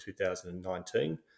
2019